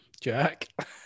Jack